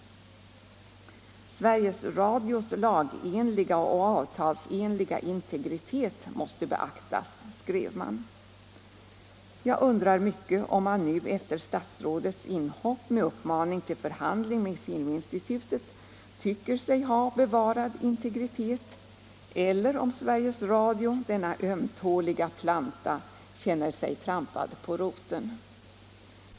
Sveriges Radios lagenliga och avtalsenliga integritet måste beaktas, skrev man. Jag undrar mycket om man nu efter statsrådets inhopp med uppmaning till förhandling med Filminstitutet tycker sig ha bevarad integritet, eller om Sveriges Radio, denna ömtåliga planta, känner sig trampad på roten.